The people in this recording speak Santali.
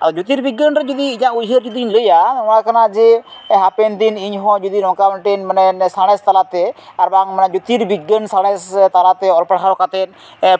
ᱟᱨ ᱡᱳᱛᱤᱨᱵᱤᱜᱽᱜᱟᱱ ᱨᱮ ᱡᱩᱫᱤ ᱮᱧᱟᱹᱜ ᱩᱭᱦᱟᱹᱨ ᱡᱩᱫᱤᱧ ᱞᱟᱹᱭᱟ ᱱᱚᱣᱟ ᱦᱩᱭᱩᱜ ᱠᱟᱱᱟ ᱡᱮ ᱦᱟᱯᱮᱱ ᱫᱤᱱ ᱤᱧ ᱦᱚᱸ ᱡᱩᱫᱤ ᱱᱚᱝᱠᱟ ᱢᱤᱫᱴᱤᱱ ᱢᱟᱱᱮ ᱥᱟᱬᱥ ᱛᱟᱞᱟᱛᱮ ᱟᱨ ᱵᱟᱝ ᱡᱳᱛᱤᱨ ᱵᱤᱜᱽᱜᱟᱹᱱ ᱥᱟᱬᱮᱥ ᱛᱟᱞᱟᱛᱮ ᱚᱞ ᱯᱟᱲᱦᱟᱣ ᱠᱟᱛᱮᱫ